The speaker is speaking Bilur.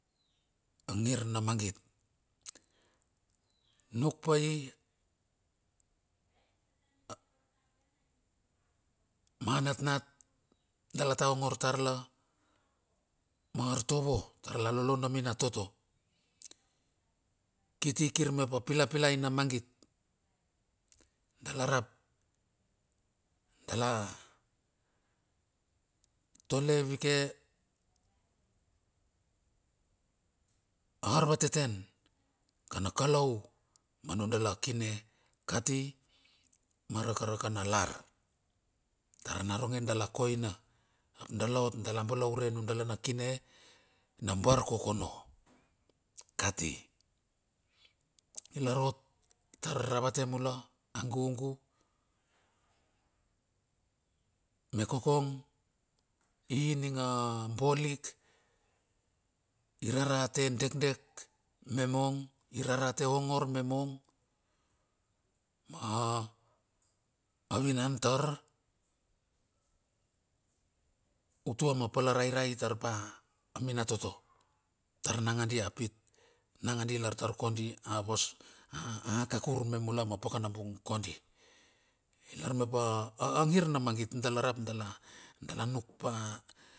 Angir na mangit nuk pai ma natnat dala taongor tar la ma artovo tar la lolo na minatoto. Kiti kir mep a pilapilai na mangit. Dala rap dala tole vike a arvateten kana kolou ma nudala kine kati marakaraka na lar. Tar naronge dala koina ap dala ot dala balaure nundala na kine na barkokono kati. Ilar ot tar a ravate mula. A gugu me kokong ining a bolik irarate dekdek me mong. I rarate ongor memong ma avinan tar utua mapala rairai tarpa aminatoto. Tar nanga di apit nanga di lar tar kodi a vos. A akakur me mula ma pakanabung kodi ilar mepa angir na mangit dala rap dala, dala nukpa.